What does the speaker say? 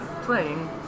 Playing